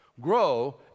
Grow